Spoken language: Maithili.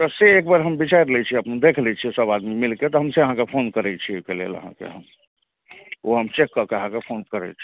तऽ से एकबेर हम विचारि लै छी अपन देखि लै छिए सभ आदमी मिलिके तऽ हम फेर अहाँकेँ फोन करै छी ओहिके लेल अहाँकेँ हम ओ हम चेक कऽ के अहाँकेँ फोन करै छी